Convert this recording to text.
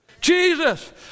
Jesus